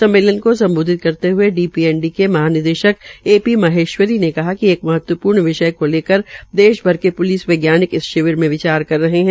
सम्मेलन को सम्बोधित करते हुए डीपीएनडी के महानिदेशक ए पी महेश्वरी ने कहा कि एक महत्वपूर्ण विषय को लेकर प्लिस वैज्ञानिक इस शिविर में विचार कर रहे है